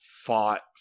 fought